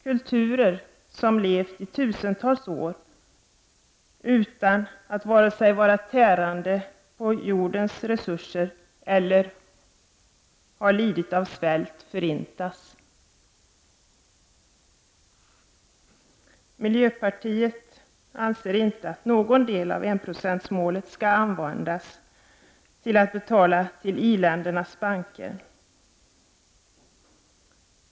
Kulturer som levt i tusentals år, utan att vare sig vara tärande på jordens resurser eller lida av svält, förintas. Miljöpartiet anser inte att någon del av enprocentsmålet skall användas till att betala till i-ländernas banker.